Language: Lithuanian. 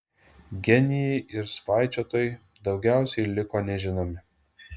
genijai ir svaičiotojai daugiausiai liko nežinomi